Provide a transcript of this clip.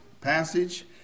passage